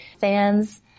fans